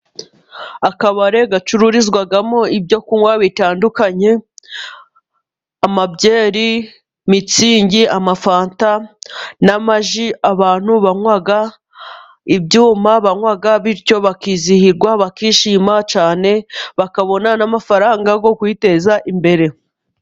Akabari gacururizwamo ibyo kunywa bitandukanye, amabyeri, mitsingi ,amafanta, n'amaji abantu banywa ,ibyuma banywa ,bityo bakizihirwa ,bakishima cyane bakabona n'amafaranga yo kwiteza imbere.